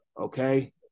okay